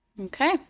Okay